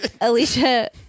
Alicia